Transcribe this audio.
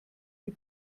die